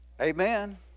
Amen